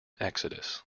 exodus